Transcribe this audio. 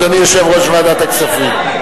אדוני יושב-ראש ועדת הכספים.